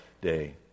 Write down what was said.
day